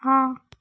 हाँ